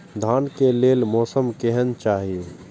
धान के लेल मौसम केहन चाहि?